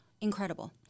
incredible